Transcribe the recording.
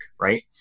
Right